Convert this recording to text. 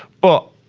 but,